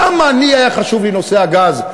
למה היה חשוב לי נושא הגז,